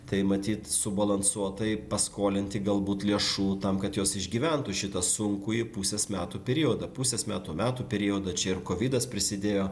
tai matyt subalansuotai paskolinti galbūt lėšų tam kad jos išgyventų šitą sunkųjį pusės metų periodą pusės metų metų periodą čia ir kovidas prisidėjo